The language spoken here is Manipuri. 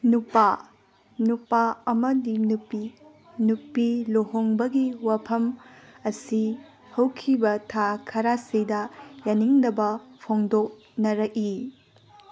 ꯅꯨꯄꯥ ꯅꯨꯄꯥ ꯑꯃꯗꯤ ꯅꯨꯄꯤ ꯅꯨꯄꯤ ꯂꯨꯍꯣꯡꯕꯒꯤ ꯋꯥꯐꯝ ꯑꯁꯤ ꯍꯧꯈꯤꯕ ꯊꯥ ꯈꯔꯁꯤꯗ ꯌꯥꯅꯤꯡꯗꯕ ꯐꯣꯡꯗꯣꯅꯔꯛꯏ